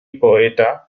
poeta